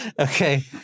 Okay